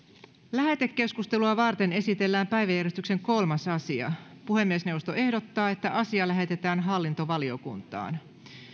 lähetekeskustelua varten esitellään päiväjärjestyksen kolmas asia puhemiesneuvosto ehdottaa että asia lähetetään hallintovaliokuntaan